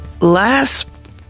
last